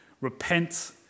Repent